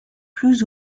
plus